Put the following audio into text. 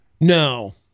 No